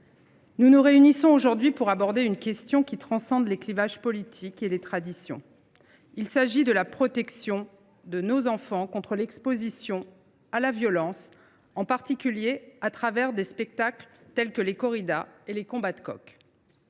nous nous réunissons aujourd’hui pour aborder une question qui transcende les clivages politiques et les traditions, celle de la protection de nos enfants contre l’exposition à la violence, en particulier à l’occasion de spectacles tels que les corridas et les combats de coqs.